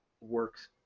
works